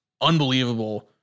Unbelievable